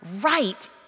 right